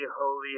holy